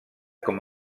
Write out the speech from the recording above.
com